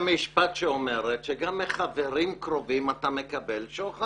גם יש פסיקה של בית המשפט שאומרת שגם מחברים קרובים אתה מקבל שוחד.